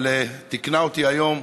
אבל תיקנה אותי היום